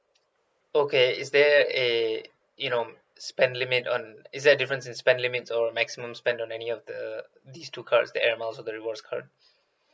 okay is there a you know spend limit on is there a difference in spend limit or maximum spend on any of the these two cards the air miles or the rewards card